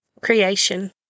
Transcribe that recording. creation